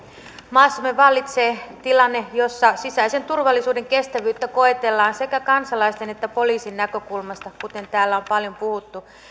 maassamme vallitsee tilanne jossa sisäisen turvallisuuden kestävyyttä koetellaan sekä kansalaisten että poliisin näkökulmasta kuten täällä on paljon puhuttu